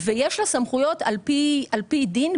ויש לה סמכויות על פי דין.